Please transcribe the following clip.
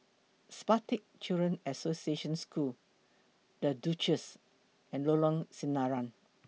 Spastic Children's Association School The Duchess and Lorong Sinaran